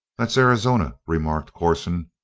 that's arizona, remarked corson.